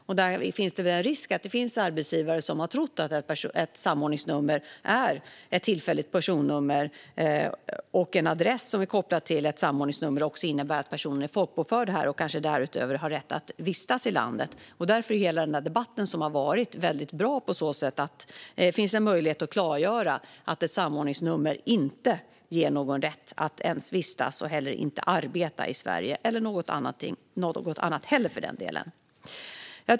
Det finns en risk för att arbetsgivare har trott att ett samordningsnummer är ett tillfälligt personnummer och att en adress som är kopplad till ett samordningsnummer innebär att personen är folkbokförd här och har rätt att vistas i landet. Därför är hela den debatt som varit väldigt bra på så sätt att den ger möjlighet att klargöra att ett samordningsnummer inte ger någon rätt att vistas eller arbeta i Sverige eller något annat heller, för den delen.